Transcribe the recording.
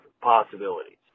possibilities